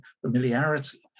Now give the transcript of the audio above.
familiarity